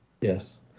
Yes